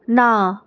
ਨਾ